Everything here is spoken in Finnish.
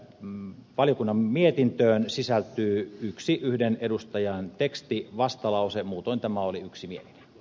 tähän valiokunnan mietintöön sisältyy yksi yhden edustajan tekstivastalause muutoin tämä oli yksimielinen